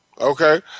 Okay